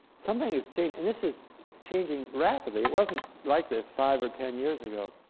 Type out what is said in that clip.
something is changing, and this is changing rapidly. it wasn't like this five or ten years ago.